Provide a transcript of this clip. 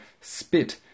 spit